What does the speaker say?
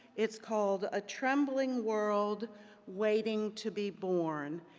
it's called a trembling world waiting to be born.